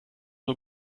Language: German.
nur